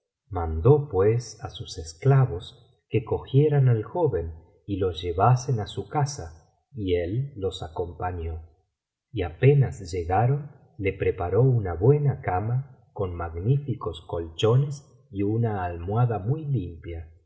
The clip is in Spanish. mandó pues á sus esclavos que cogieran al joven y lo llevasen á su casa y él los acompañó y apenas llegaron le preparó una buena cama con magníficos colchones y una almohada muy limpia